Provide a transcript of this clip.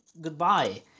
goodbye